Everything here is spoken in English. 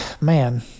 man